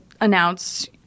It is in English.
announce